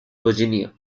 virginia